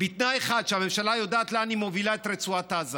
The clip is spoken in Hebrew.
בתנאי אחד: שהממשלה יודעת לאן היא מובילה את רצועת עזה